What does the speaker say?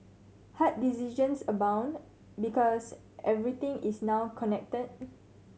hard decisions abound because everything is now connected